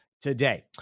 today